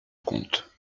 compte